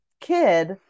kid